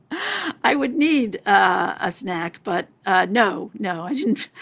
i would need a snack. but no no i didn't.